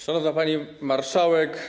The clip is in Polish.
Szanowna Pani Marszałek!